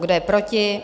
Kdo je proti?